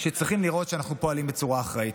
שצריכים לראות שאנחנו פועלים בצורה אחראית.